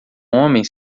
homem